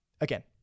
again